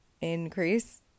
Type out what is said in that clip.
increase